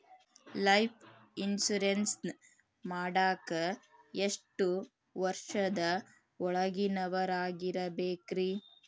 Life insurance ಮಾಡಾಕ ಎಷ್ಟು ವರ್ಷದ ಒಳಗಿನವರಾಗಿರಬೇಕ್ರಿ?